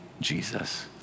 Jesus